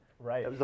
Right